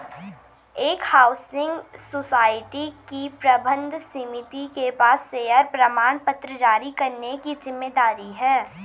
एक housing society की प्रबंध समिति के पास शेयर प्रमाणपत्र जारी करने की जिम्मेदारी है